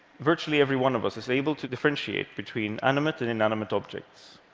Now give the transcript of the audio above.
virtually every one of us is able to differentiate between animate and inanimate objects.